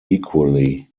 equally